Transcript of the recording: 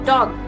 Dog